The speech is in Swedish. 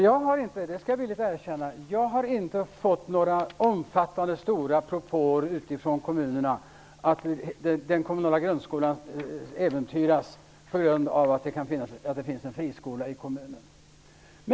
Jag skall villigt erkänna att jag inte har fått några omfattande propåer från kommunerna om att de kommunala grundskolorna äventyras på grund av att det finns en friskola i kommunen.